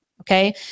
Okay